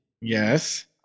yes